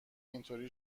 اینطور